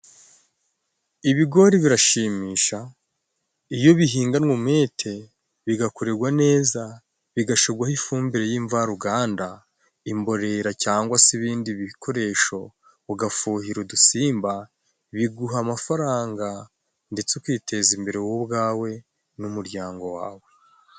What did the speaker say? Ibigori birashimisha, iyo bihinganwe umwete, bigakoregwa neza, bigashigwaho ifumbire y'imvaruganda, imborera cyangwa se ibindi bikoresho, ugafuhira udusimba, biguha amafaranga ndetse ukiteza imbere wowe ubwawe n'umuryango wawe.